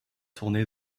tournée